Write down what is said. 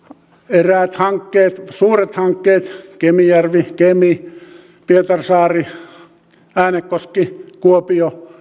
eräät suuret hankkeet kemijärvi kemi pietarsaari äänekoski kuopio